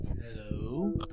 Hello